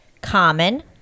common